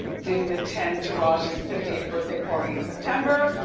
didn't attend taraji's fiftieth birthday party in september,